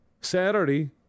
Saturday